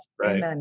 Right